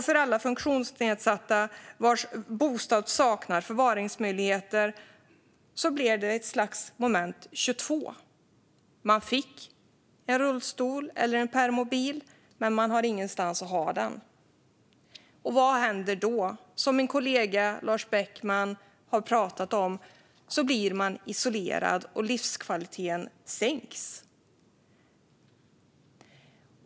För alla funktionsnedsatta vars bostad saknar förvaringsmöjligheter blir det ett slags moment 22: Man får en rullstol eller en permobil, men man har ingenstans att ha den. Och vad händer då? Jo, som min kollega Lars Beckman har pratat om blir man isolerad, och livskvaliteten sänks.